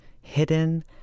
hidden